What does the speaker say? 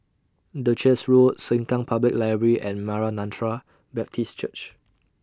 Duchess Road Sengkang Public Library and Maranatha Baptist Church